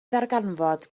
ddarganfod